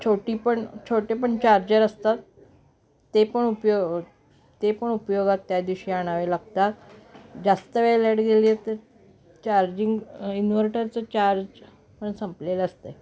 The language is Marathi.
छोटी पण छोटे पण चार्जर असतात ते पण उपयो ते पण उपयोगात त्या दिवशी आणावे लागतात जास्त वेळ लाईट गेली तर चार्जिंग इन्व्हर्टरचं चार्ज पण संपलेलं असतं आहे